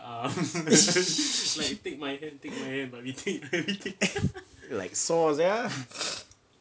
like saw sia